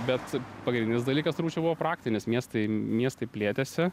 bet pagrindinis dalykas turbūt čia buvo praktinis miestai miestai plėtėsi